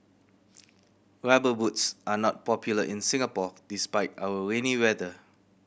Rubber Boots are not popular in Singapore despite our rainy weather